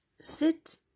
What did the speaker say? sit